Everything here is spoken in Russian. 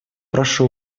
прошу